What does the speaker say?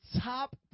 top